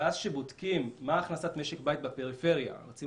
ואז כשבודקים מה הכנסת משק בית בפריפריה רצינו